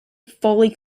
fully